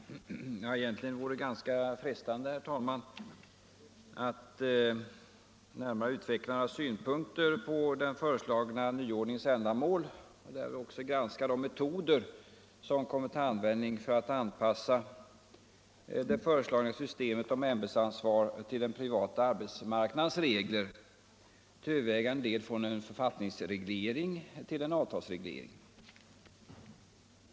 Herr talman! Egentligen vore det frestande att närmare utveckla några synpunkter på den föreslagna nyordningens ändamål och därvid också granska de metoder som kommer till användning för att anpassa det föreslagna systemet för ämbetsansvar till den privata arbetsmarknadens regler — till övervägande del från en författningsreglering till en avtalsreglering.